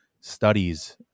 studies